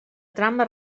trama